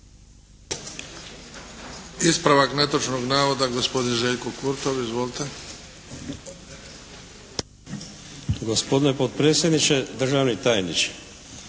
Ispravak netočnog navoda gospodin Željko Kurtov. Izvolite. **Kurtov, Željko (HNS)** Gospodine potpredsjedniče, državni tajniče,